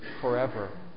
forever